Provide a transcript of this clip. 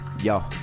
Yo